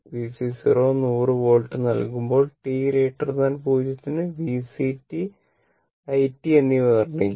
Vc 0 100 volt നൽകുമ്പോൾ t 0 ന് VCt it എന്നിവ നിർണ്ണയിക്കുക